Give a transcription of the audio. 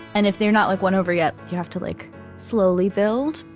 and if they're not like won over yet you have to like slowly build,